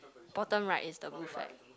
bottom right is the blue flag